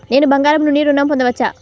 నేను బంగారం నుండి ఋణం పొందవచ్చా?